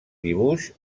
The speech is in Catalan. dibuix